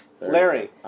Larry